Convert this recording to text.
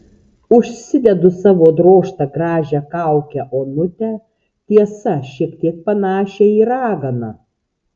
užsidedu savo drožtą gražią kaukę onutę tiesa šiek tiek panašią į raganą